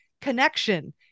Connection